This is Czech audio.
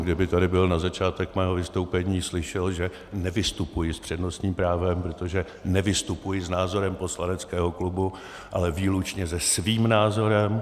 Kdyby tady byl na začátek mého vystoupení, slyšel by, že nevystupuji s přednostním právem, protože nevystupuji s názorem poslaneckého klubu, ale výlučně se svým názorem.